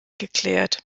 geklärt